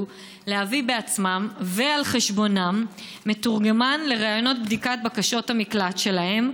להביא בעצמם ועל חשבונם מתורגמן לראיונות בדיקת בקשות המקלט שלהם,